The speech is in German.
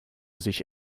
sich